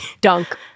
dunk